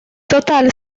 total